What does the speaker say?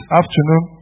afternoon